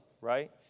right